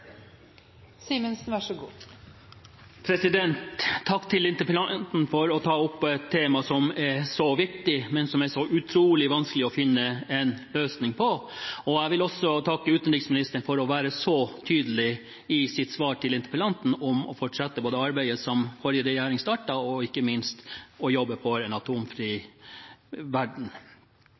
som er så viktig, men som det er så utrolig vanskelig å finne en løsning på. Jeg vil også takke utenriksministeren for å være så tydelig i sitt svar til interpellanten om å fortsette arbeidet som forrige regjering startet, og ikke minst jobbe for en atomfri verden.